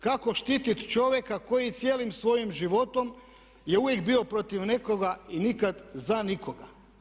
Kako štititi čovjeka koji cijelim svojim životom je uvijek bio protiv nekoga i nikad za nikoga?